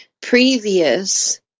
previous